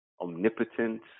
omnipotent